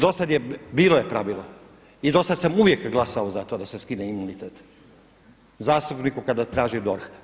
Do sad je, bilo je pravilo i do sad sam uvijek glasao za to da se skine imunitet zastupniku kada traži DORH.